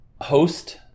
host